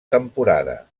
temporada